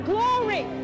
Glory